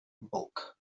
bulk